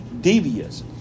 devious